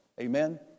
Amen